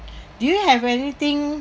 do you have anything